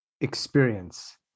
experience